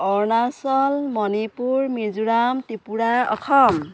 Arunachal Manipur Mizoram Tripura Assam